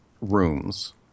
rooms